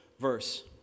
verse